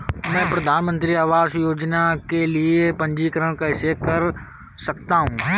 मैं प्रधानमंत्री आवास योजना के लिए पंजीकरण कैसे कर सकता हूं?